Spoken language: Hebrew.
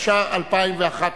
התשע"א 2011,